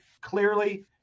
Clearly